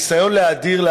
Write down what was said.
הניסיון להדיר,